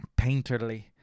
painterly